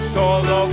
todo